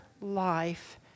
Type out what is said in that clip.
life